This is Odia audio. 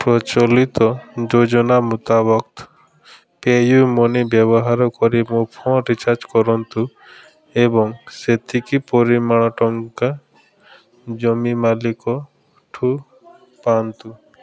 ପ୍ରଚଳିତ ଯୋଜନା ମୁତାବକ ପେ ୟୁ ମନି ବ୍ୟବହାର କରି ମୋ ଫୋନ୍ ରିଚାର୍ଜ୍ କରନ୍ତୁ ଏବଂ ସେତିକି ପରିମାଣ ଟଙ୍କା ଜମିମାଲିକ ଠୁ ପାଆନ୍ତୁ